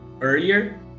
earlier